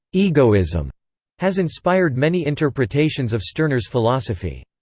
egoism has inspired many interpretations of stirner's philosophy.